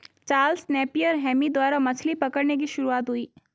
Charles Napier हेमी द्वारा मछली पकड़ने की शुरुआत हुई